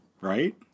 Right